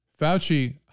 Fauci